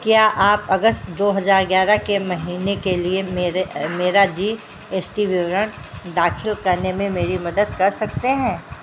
क्या आप अगस्त दो हजार ग्यारह के महीने के लिए मेरे मेरा जी एस टी विवरण दाखिल करने में मेरी मदद कर सकते हैं